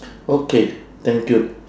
okay thank you